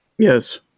Yes